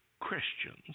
Christians